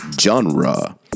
genre